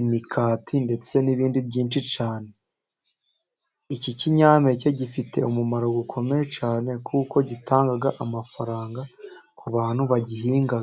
imikati ndetse n'ibindi byinshi cyane. Iki kinyampeke gifite umumaro ukomeye cyane, kuko gitanga amafaranga ku bantu bagihinga.